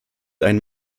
einen